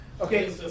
Okay